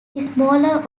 smaller